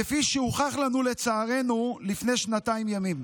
כפי שהוכח לנו, לצערנו, לפני שנתיים ימים.